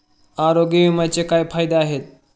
आरोग्य विम्याचे काय फायदे आहेत?